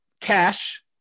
Cash